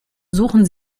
suchen